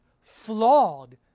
flawed